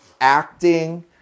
acting